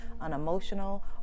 unemotional